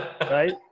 right